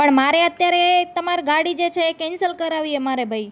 પણ મારે અત્યારે તમારી ગાડી જે છે એ કેન્સલ કરાવવી છે મારે ભાઈ